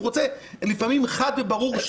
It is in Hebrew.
הוא רוצה לפעמים חד וברור.